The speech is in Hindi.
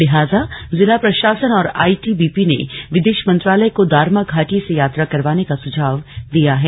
लिहाजा जिला पशासन और आई टी बी पी ने विदेश मंत्रालय को दारमा घाटी से यात्रा करवाने का सुझाव दिया है